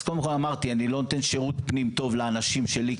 קודם כל אמרתי שאני לא נותן שירות פנים טוב לאנשים שלי,